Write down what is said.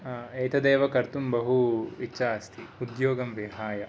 एतदेव कर्तुं बहु इच्छा अस्ति उद्योगं विहाय